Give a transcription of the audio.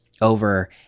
over